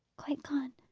quite gone.